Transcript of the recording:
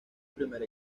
primer